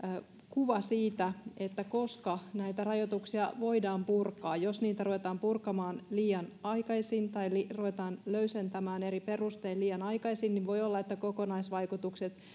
kuva siitä koska näitä rajoituksia voidaan purkaa jos niitä ruvetaan purkamaan liian aikaisin tai ruvetaan löysentämään eri perustein liian aikaisin niin voi olla että kokonaisvaikutukset